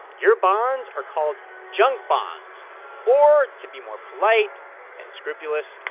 your bonds are called junk bonds or, to be more polite and scrupulous,